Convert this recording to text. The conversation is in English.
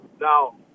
Now